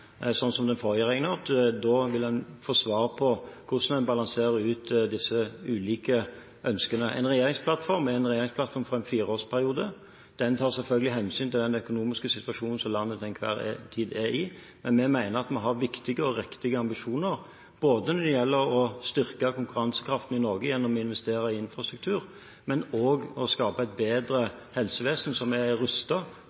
som den forrige regjeringen har gjort. Da vil en få svar på hvordan en balanserer ut disse ulike ønskene. En regjeringsplattform er en regjeringsplattform for en fireårsperiode. Den tar selvfølgelig hensyn til den økonomiske situasjonen som landet til enhver tid er i, men vi mener at vi har viktige og riktige ambisjoner både når det gjelder å styrke konkurransekraften i Norge gjennom å investere i infrastruktur, og også når det gjelder å skape et